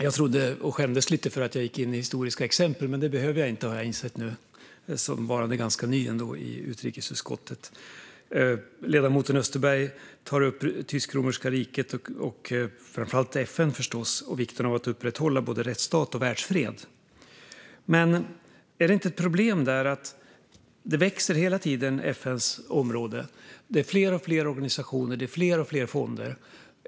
Jag skämdes lite för att jag gick in i historiska exempel, men nu har jag, som ganska ny i utrikesutskottet, insett att jag inte behövde göra det. Ledamoten Österberg tog upp det tysk-romerska riket och, framför allt, FN och vikten av att upprätthålla både rättsstaten och världsfreden. Men är det inte ett problem att FN:s område hela tiden växer? Det blir allt fler organisationer och allt fler fonder.